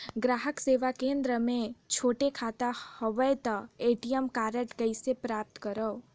ग्राहक सेवा केंद्र मे छोटे खाता हवय त ए.टी.एम कारड कइसे प्राप्त करव?